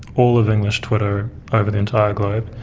all of english twitter over the entire globe,